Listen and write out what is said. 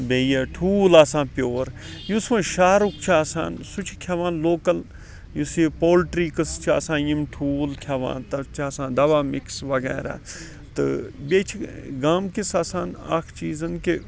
بیٚیہِ ٹھوٗل آسان پیٚور یُس وۄنۍ شَہرُک چھُ آسان سُہ چھُ کھیٚوان لوکَل یُس یہِ پولٹری قٕصہٕ چھُ آسان یِم ٹھول کھیٚوان تَتھ چھ آسان دَوا مکس وَغیرہ تہٕ بیٚیہِ چھ گامکِس آسان اکھ چیٖز کہ